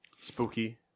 Spooky